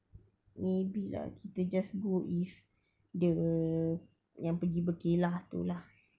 maybe lah kita just go with the yang pergi berkelah tu lah